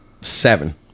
seven